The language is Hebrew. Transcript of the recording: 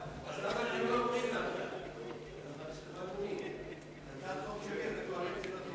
הרווחה והבריאות על רצונה להחיל דין רציפות על הצעת חוק